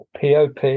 POP